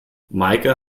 meike